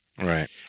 Right